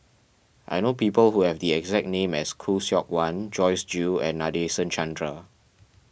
I know people who have the exact name as Khoo Seok Wan Joyce Jue and Nadasen Chandra